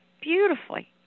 beautifully